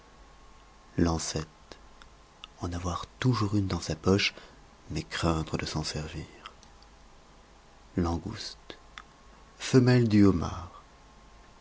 lancette en avoir toujours une dans sa poche mais craindre de s'en servir langouste femelle du homard